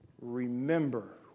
Remember